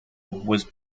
was